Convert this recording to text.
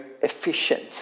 efficient